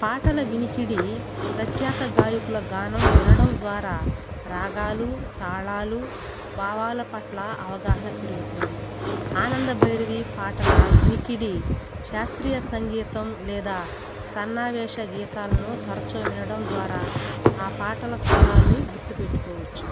పాటల వినికిడి ప్రఖ్యాత గాయకుల గానం వినడం ద్వారా రాగాలు తాళాలు భావాల పట్ల అవగాహన పెరుగుతుంది ఆనందభైరవి పాటల వినికిడి శాస్త్రీయ సంగీతం లేదా సన్నివేశ గీతాలను తరచు వినడం ద్వారా ఆ పాటల స్వరాలు గుర్తుపెట్టుకోవచ్చు